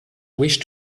wish